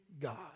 God